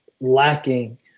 lacking